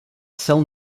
cell